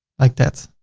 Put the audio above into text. like that.